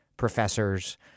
professors